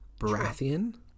Baratheon